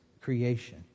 creation